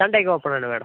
Sunday ഒക്കെ ഓപ്പണാണ് madam